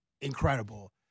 incredible